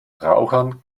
rauchern